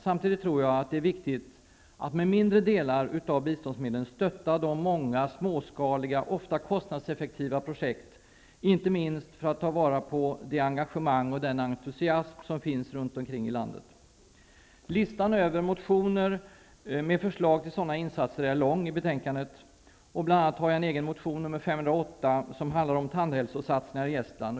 Samtidigt tror jag att det är viktigt att med mindre delar av biståndsmedlen stötta de många småskaliga, ofta kostnadseffektiva projekten -- inte minst för att ta vara på det engagemang och den entusiasm som finns runt om i landet. Listan över motioner med förslag till sådana insatser är lång i betänkandet, bl.a. har jag en motion, nr 508, som handlar om tandhälsosatsningar i Estland.